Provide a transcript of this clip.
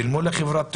שילמו לחברת תעופה.